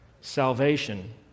Salvation